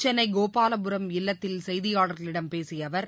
சென்னை கோபாலபுரம் இல்லத்தில் செய்தியாளர்களிடம் பேசிய அவர்